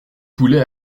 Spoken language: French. poulet